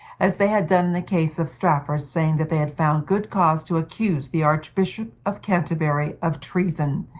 as they had done in the case of strafford, saying that they had found good cause to accuse the archbishop of canterbury of treason,